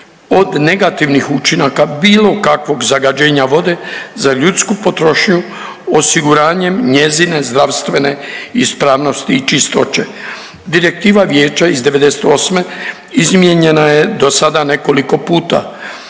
od negativnih učinaka bilo kakvog zagađenja vode za ljudsku potrošnju osiguranjem njezine zdravstvene ispravnosti i čistoće. Direktiva Vijeća iz '98. izmijenjena je dosada nekoliko puta